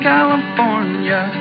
California